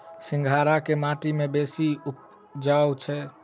सिंघाड़ा केँ माटि मे बेसी उबजई छै?